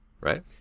right